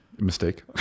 mistake